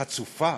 חצופה,